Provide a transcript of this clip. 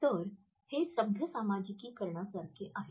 तर हे सभ्य सामाजिकीकरणासारखे आहे